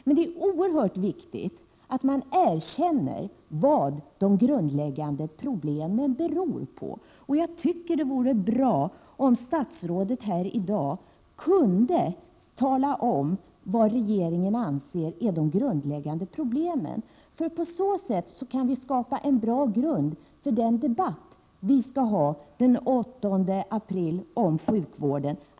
Men det är oerhört viktigt att man erkänner vad de grundläggande problemen beror på. Jag tycker att det vore bra om statsrådet här i dag kunde tala om vad regeringen anser är de grundläggande problemen. På så sätt kunde vi skapa en bra grund för den debatt om sjukvården som vi skall ha den 8 april.